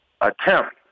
attempt